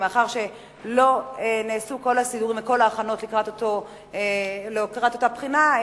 מאחר שלא נעשו כל הסידורים וכל ההכנות לקראת אותה בחינה,